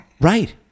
Right